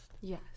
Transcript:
Yes